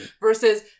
Versus